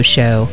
Show